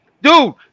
Dude